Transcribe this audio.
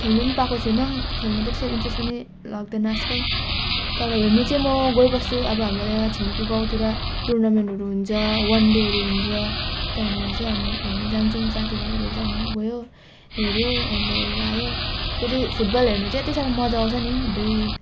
खेल्नु नि पाएको छैनौँ खेल्न त्यति साह्रो इन्ट्रेस्ट पनि लाग्दैन आजकल तर हेर्नु चाहिँ म गइबस्छु अब हाम्रो यहाँ छिमेकी गाउँतिर टुर्नामेन्टहरू हुन्छ वन डेहरू हुन्छ त्यहाँनिर चाहिँ हामी हेर्नु जान्छौँ साथीभाइहरूसँग गयो हेर्यो अनि त हेरेर आयो फेरि फुटबल हेर्नु चाहिँ यति साह्रो मजा आउँछ नि अबुइ